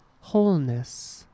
wholeness